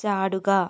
ചാടുക